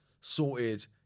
sorted